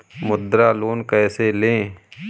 मुद्रा लोन कैसे ले?